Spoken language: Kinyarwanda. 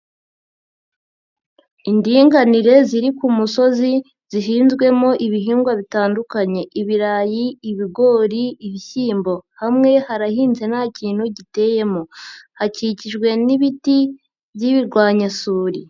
Indinganire ziri ku musozi zihinzwemo ibihingwa bitandukanye ibirayi, ibigori, ibishyimbo. Hamwe harahinze nta kintu giteyemo hakikijwe n'ibiti by'ibirwanyasuri.